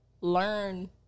learn